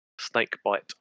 snakebite